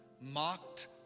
mocked